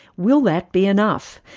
will that be enough?